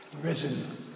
Risen